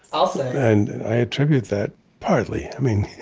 i'll say, and i attribute that partly, i mean,